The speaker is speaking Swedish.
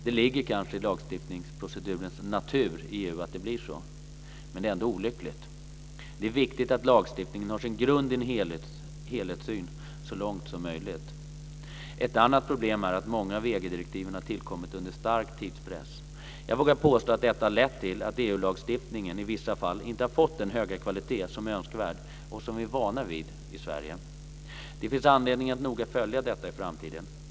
Det ligger kanske i lagstiftningsprocedurens natur i EU att det blir så. Men det är ändå olyckligt. Det är viktigt att lagstiftningen har sin grund i en helhetssyn så långt som möjligt. Ett annat problem är att många av EG-direktiven har tillkommit under stark tidspress. Jag vågar påstå att detta har lett till att EU-lagstiftningen i vissa fall inte har fått den höga kvalitet som är önskvärd och som vi är vana vid i Sverige. Det finns anledning att noga följa detta i framtiden.